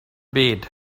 bed